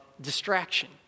distraction